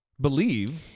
believe